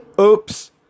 Oops